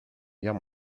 guerre